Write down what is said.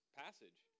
passage